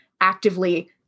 actively